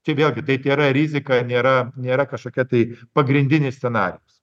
čia vėlgi tai tėra rizika nėra nėra kažkokia tai pagrindinis scenarijus